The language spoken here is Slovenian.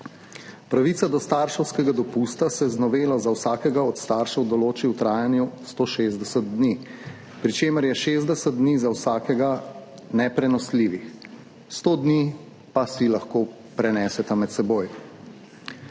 Pravica do starševskega dopusta se z novelo za vsakega od staršev določi v trajanju 160 dni, pri čemer je 60 dni za vsakega neprenosljivih, 100 dni pa si lahko med seboj